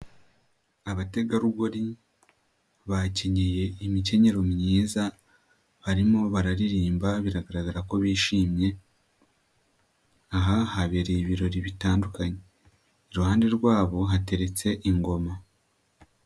Abategarugori bakenyeye imikenyero myiza barimo bararirimba biragaragara ko bishimye, aha habereye ibirori bitandukanye, iruhande rwabo hateretse ingoma.